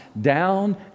down